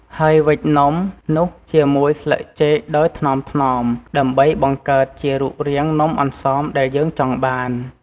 ហើយវេចនោះជាមួយស្លឹកចេកដោយថ្នមៗ ដើម្បីបង្កើតជារូបរាងនំអន្សមដែលយើងចង់បាន។